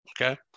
Okay